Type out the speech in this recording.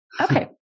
okay